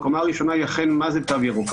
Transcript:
הקומה הראשונה היא אכן מה זה תו ירוק.